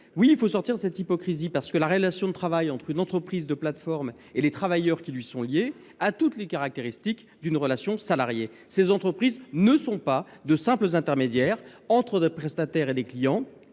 Oui, il faut sortir de cette hypocrisie ! La relation de travail entre une entreprise de plateforme et les travailleurs qui lui sont liés présente toutes les caractéristiques d’une relation salariée. Ces entreprises ne sont pas de simples intermédiaires entre des prestataires et des clients.